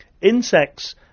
insects